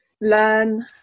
learn